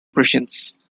prussians